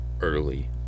Early